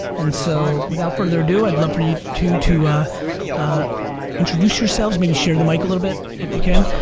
and so without further ado, i'd love for you two to introduce yourselves, maybe share the mic a little bit if you can.